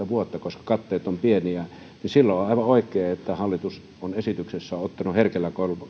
vuotta koska katteet ovat pieniä silloin on on aivan oikein että hallitus on esityksessä ottanut herkällä